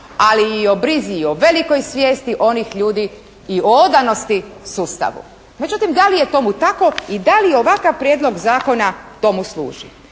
ali i o brizi i o velikoj svijesti onih ljudi i o odanosti sustavu. Međutim, da li je tomu tako i da li ovakav Prijedlog zakona tomu služi?